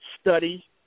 study